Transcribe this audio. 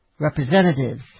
representatives